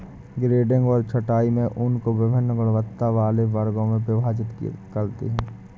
grading और छँटाई में ऊन को वभिन्न गुणवत्ता वाले वर्गों में विभाजित करते हैं